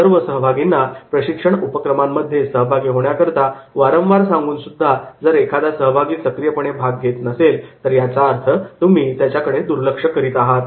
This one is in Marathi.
सर्व सहभागींना प्रशिक्षण उपक्रमांमध्ये सहभागी होण्याकरता वारंवार सांगूनसुद्धा जर एखादा सहभागी सक्रियपणे भाग घेत नसेल तर याचा अर्थ तुम्ही त्याच्याकडे दुर्लक्ष करत आहात